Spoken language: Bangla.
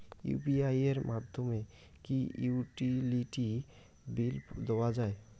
ইউ.পি.আই এর মাধ্যমে কি ইউটিলিটি বিল দেওয়া যায়?